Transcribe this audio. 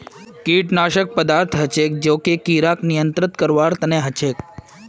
कीटनाशक पदार्थ हछेक जो कि किड़ाक नियंत्रित करवार तना हछेक